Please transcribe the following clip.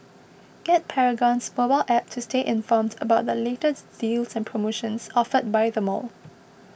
get Paragon's mobile app to stay informed about the latest deals and promotions offered by the mall